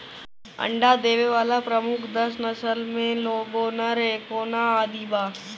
अंडा देवे वाला प्रमुख दस नस्ल में लेघोर्न, एंकोना आदि बा